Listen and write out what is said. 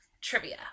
trivia